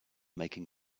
making